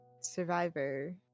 survivor